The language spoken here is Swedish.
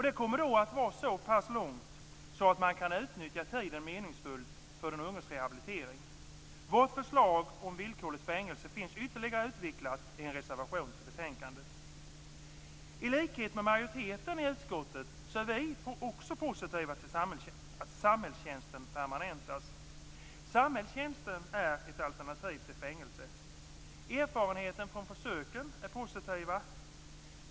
Det kommer då att vara så pass långt att man kan utnyttja tiden meningsfullt för den unges rehabilitering. Vårt förslag om villkorligt fängelse finns ytterligare utvecklat i en reservation till betänkandet. I likhet med majoriteten i utskottet är vi positiva till att samhällstjänsten permanentas. Samhällstjänsten är ett alternativ till fängelse. Erfarenheterna från försöken är positiva.